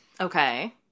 Okay